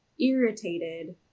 irritated